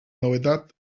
novetat